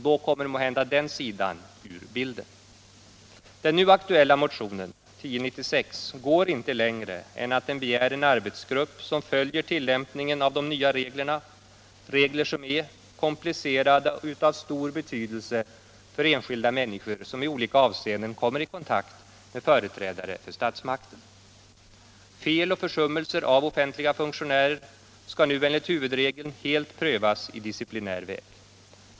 Då kommer måhända den sidan ur bilden. Den nu aktuella motionen 1096 går inte längre än att den begär en arbetsgrupp som följer tillämpningen av de nya reglerna — regler som är komplicerade och av stor betydelse för enskilda människor, som i olika avseenden kommer i kontakt med företrädare för statsmakten. Fel och försummelser av offentliga funktionärer skall nu enligt huvudregeln helt prövas på disciplinär väg.